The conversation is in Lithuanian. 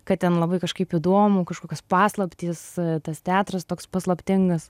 kad ten labai kažkaip įduomu kažkokios paslaptys tas teatras toks paslaptingas